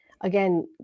Again